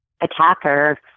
attacker